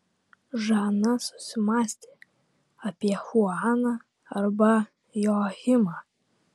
žana susimąstė apie chuaną arba joachimą